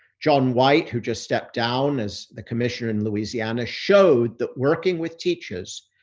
john white, who just stepped down as the commissioner in louisiana, showed that working with teachers,